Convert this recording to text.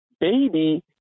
baby